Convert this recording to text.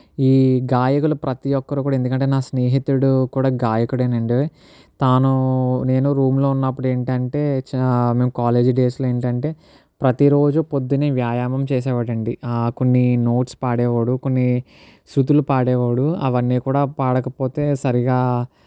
ఈ గాయకులు ప్రతి ఒక్కరు కూడా ఎందుకంటే నా స్నేహితుడు కూడా గాయకుడే అండి తాను నేను రూమ్లో ఉన్నప్పుడు ఏంటంటే మేము కాలేజీ డేస్లో ఏంటంటే ప్రతిరోజు పొద్దున్నే వ్యాయామం చేసేవాడండి కొన్ని నోట్స్ పాడేవాడు కొన్ని శ్రుతులు పాడేవాడు అవన్నీ కూడా పాడకపోతే సరిగ్గా